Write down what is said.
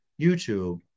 YouTube